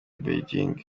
beijing